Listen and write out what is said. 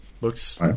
looks